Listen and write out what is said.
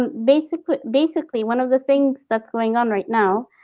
and basically basically one of the things that's going on right now,